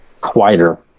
quieter